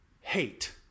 hate